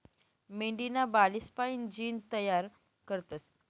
मेंढीना बालेस्पाईन जीन तयार करतस